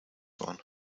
one